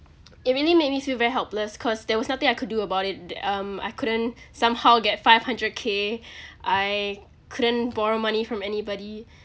it really made me feel very helpless cause there was nothing I could do about it um I couldn't somehow get five hundred k I couldn't borrow money from anybody